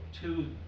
two